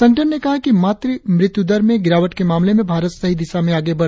संगठन ने कहा कि मातृ मृत्यू दर में गिरावट के मामले में भारत सही दिशा में आगे बढ़ रहा है